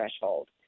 threshold